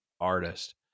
artist